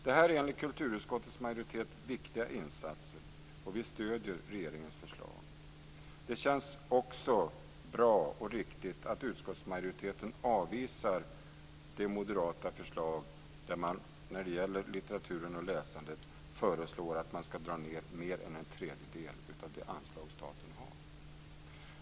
Det här är enligt kulturutskottets majoritet viktiga insatser, och vi stöder regeringens förslag. Det känns också bra och riktigt att utskottsmajoriteten avvisar det moderata förslag där det när det gäller litteratur och läsande föreslås att man skall dra ned mer än en tredjedel av det anslag staten har till stöd för litteratur.